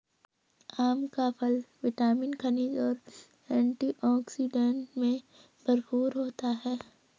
आम का फल विटामिन, खनिज और एंटीऑक्सीडेंट से भरपूर होता है